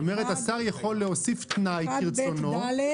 כלומר השר יכול להוסיף תנאי כרצונו.